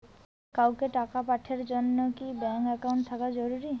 কাউকে টাকা পাঠের জন্যে কি ব্যাংক একাউন্ট থাকা জরুরি?